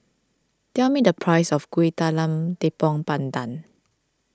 tell me the price of Kuih Talam Tepong Pandan